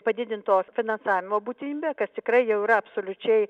padidinto finansavimo būtinybę kas tikrai jau yra absoliučiai